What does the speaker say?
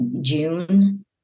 June